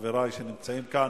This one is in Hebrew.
מחברי שנמצאים כאן.